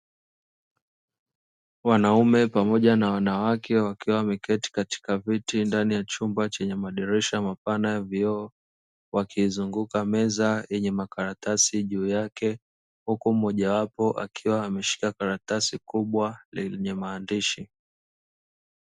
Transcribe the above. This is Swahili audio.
Wanaume pamoja na wanawake wakiwa wameketi katika viti ndani ya chumba chenye madirisha mapana ya vioo wakiizunguka meza yenye makaratasi juu yake huku mmoja wapo akiwa ameshika karatasi kubwa lenye maandishi.